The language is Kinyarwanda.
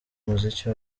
umuziki